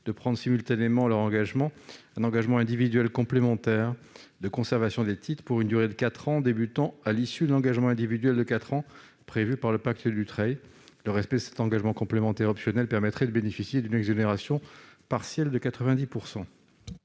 de prendre, simultanément à leur engagement, un engagement individuel complémentaire de conservation des titres pour une durée de quatre ans débutant à l'issue de l'engagement individuel de quatre ans prévu par le pacte Dutreil. Le respect de cet engagement complémentaire optionnel permettrait de bénéficier d'une exonération partielle de 90 %.